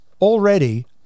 Already